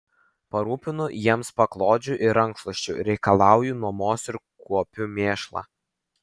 parūpinu jiems paklodžių ir rankšluosčių reikalauju nuomos ir kuopiu mėšlą